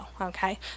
Okay